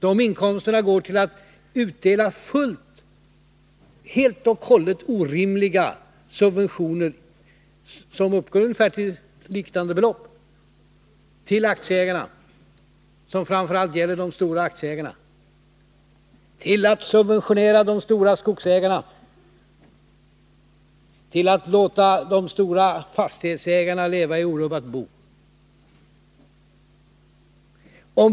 De inkomsterna går till att dela ut helt och hållet orimliga subventioner, som uppgår till ungefär liknande belopp, till framför allt de stora aktieägarna, till att subventionera de stora skogsägarna, till att låta de stora fastighetsägarna leva i orubbat bo.